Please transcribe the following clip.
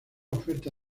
oferta